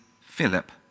Philip